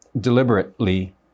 deliberately